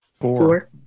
Four